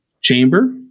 Chamber